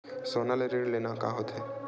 सोना ले ऋण लेना का होथे?